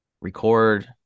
record